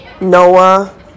Noah